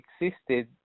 existed